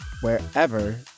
wherever